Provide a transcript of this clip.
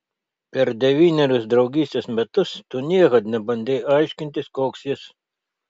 per devynerius draugystės metus tu niekad nebandei aiškintis koks jis